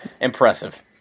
impressive